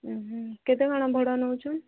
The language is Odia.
ହୁଁ ହୁଁ କେତେ କ'ଣ ଭଡ଼ା ନେଉଛ